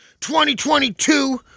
2022